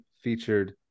featured